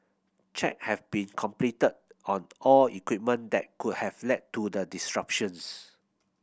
check have been completed on all equipment that could have led to the disruptions